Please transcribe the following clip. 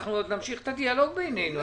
אנחנו עוד נמשיך את הדיאלוג בינינו,